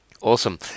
Awesome